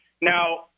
Now –